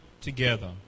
together